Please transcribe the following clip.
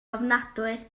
ofnadwy